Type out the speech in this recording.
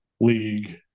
League